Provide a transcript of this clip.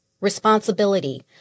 responsibility